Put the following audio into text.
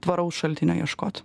tvaraus šaltinio ieškot